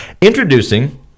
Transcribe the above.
Introducing